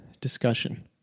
discussion